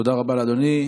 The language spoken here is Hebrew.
תודה רבה לאדוני.